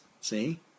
See